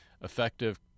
effective